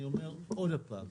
אני אומר עוד פעם,